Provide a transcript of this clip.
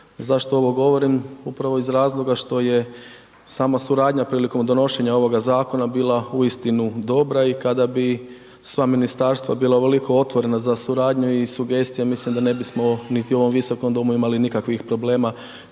Zašto ovo govorim? Upravo iz razloga što je sama suradnja prilikom donošenja ovoga zakona bila uistinu dobra i kada bi sva ministarstva bila ovoliko otvorena za suradnju i sugestije mislim da ne bismo niti u ovom Visokom domu imali nikakvih problema